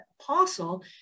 apostle